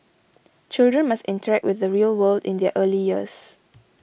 children must interact with the real world in their early years